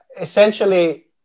essentially